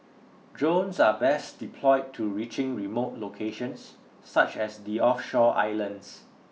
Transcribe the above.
drones are best deployed to reaching remote locations such as the offshore islands